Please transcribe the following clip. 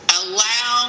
allow